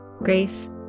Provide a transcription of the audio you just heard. Grace